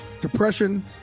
depression